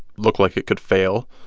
looked like it could fail.